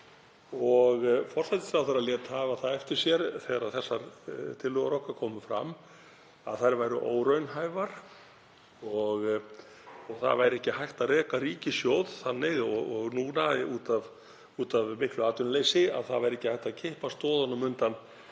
og forsætisráðherra lét hafa það eftir sér, þegar þessar tillögur okkar komu fram, að þær væru óraunhæfar og ekki væri hægt að reka ríkissjóð þannig, og núna út af miklu atvinnuleysi væri ekki hægt að kippa stoðunum undan